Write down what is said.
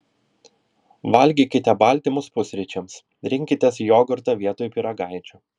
valgykite baltymus pusryčiams rinkitės jogurtą vietoj pyragaičių